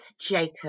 Jacob